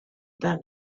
than